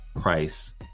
price